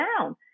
down